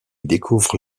découvre